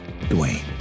Dwayne